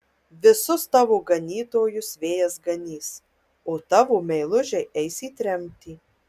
visus tavo ganytojus vėjas ganys o tavo meilužiai eis į tremtį